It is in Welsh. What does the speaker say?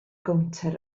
gownter